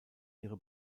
ihre